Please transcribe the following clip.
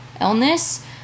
illness